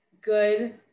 good